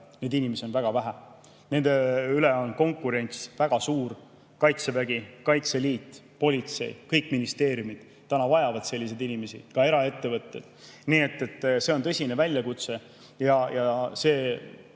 neid inimesi on väga vähe. Nende pärast on konkurents väga suur. Kaitsevägi, Kaitseliit, politsei, kõik ministeeriumid täna vajavad selliseid inimesi, ka eraettevõtted. Nii et see on tõsine väljakutse. See,